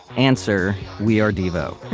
answer we are devo.